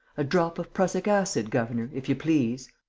a drop of prussic acid, governor, if you please